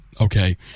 okay